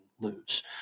lose